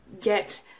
get